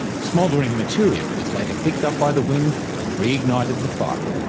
smouldering material was later picked up by the wind and reignited the fire.